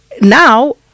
Now